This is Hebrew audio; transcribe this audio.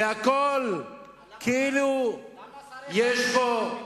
אז למה שרי ש"ס הצביעו נגד?